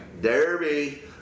Derby